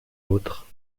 autre